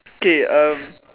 K um